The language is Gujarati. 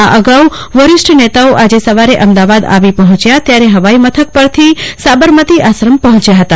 આ અગાઉ વરિષ્ઠ નેતાઓ આજે સવારે અમદાવાદ આવી પહોં આ ત્યારે ફવાઈમથક ્ પરથી સાબરમતી આશ્રમ પહોં ચ્યા હતા